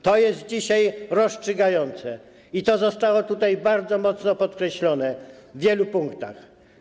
To jest dzisiaj rozstrzygające i to zostało tutaj bardzo mocno podkreślone w wielu punktach.